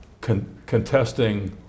contesting